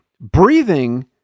breathing